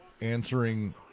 answering